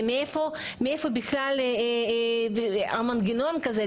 מאיפה בכלל המנגנון הזה,